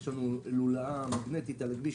יש לנו לולאה מגנטית על הכביש,